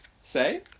Say